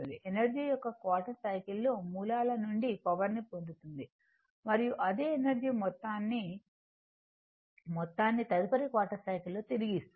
voltage యొక్క quarter cycle లో మూలాల నుండి పవర్ని పొందుతుంది మరియు అదే ఎనర్జీ మొత్తాన్ని మొత్తాన్ని తదుపరి క్వార్టర్ సైకిల్ లో తిరిగి ఇస్తుంది